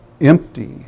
empty